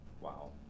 Wow